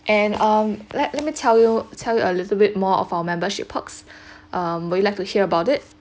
and um let let me tell you tell you a little bit more of our membership perks um would you like to hear about it